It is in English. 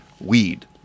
weed